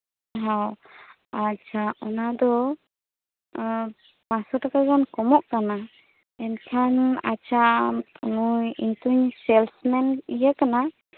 ᱟᱪᱪᱷᱟ ᱚᱱᱟ ᱫ ᱚ ᱯᱟᱸᱪᱥᱚ ᱪᱷᱚᱥᱚ ᱜᱟᱱ ᱠᱚᱢᱚᱜ ᱛᱟᱢᱟ ᱮᱱᱠᱷᱟᱱ ᱟᱪᱪᱷᱟ ᱟᱢ ᱱᱩᱭ ᱥᱮᱞᱯᱷ ᱢᱮᱱ ᱤᱭᱟᱹ ᱠᱟᱱᱟ